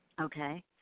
Okay